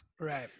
Right